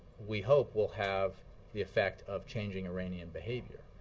we hope will have the effect of changing iranian behavior.